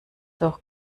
doch